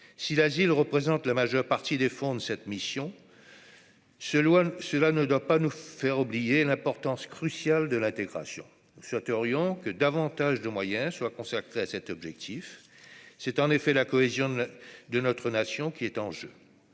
si la ville représente la majeure partie des fonds de cette mission s'éloigne, cela ne doit pas nous faire oublier l'importance cruciale de l'intégration souhaiterions que davantage de moyens soient consacrés à cet objectif, c'est en effet la cohésion de notre nation qui est en jeu,